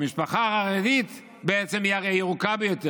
המשפחה החרדית בעצם היא הרי הירוקה ביותר,